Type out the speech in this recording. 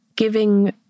giving